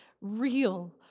real